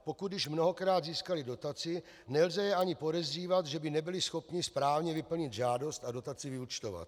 Pokud již mnohokrát získali dotaci, nelze je ani podezřívat, že by nebyli schopni správně vyplnit žádost a dotaci vyúčtovat.